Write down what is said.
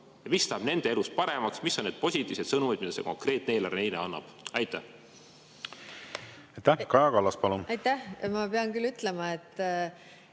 on? Mis läheb nende elus paremaks? Mis on need positiivsed sõnumid, mida see konkreetne eelarve neile annab? Aitäh!